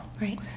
Right